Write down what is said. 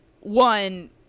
one